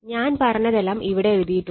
ഞാൻ പറഞ്ഞതെല്ലാം ഇവിടെ എഴുതിയിട്ടുണ്ട്